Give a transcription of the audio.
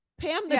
Pam